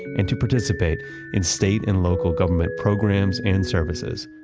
and to participate in state and local government programs and services.